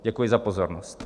Děkuji za pozornost.